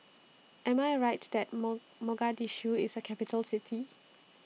Am I Rights that Mogadishu IS A Capital City